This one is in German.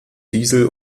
diesel